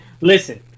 Listen